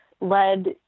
led